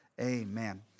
Amen